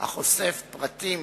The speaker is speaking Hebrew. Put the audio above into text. החושף פרטים